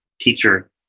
teacher